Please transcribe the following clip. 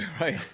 Right